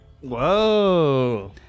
Whoa